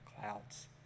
clouds